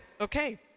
Okay